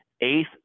Eighth